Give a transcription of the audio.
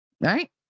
right